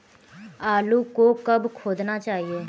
आलू को कब खोदना चाहिए?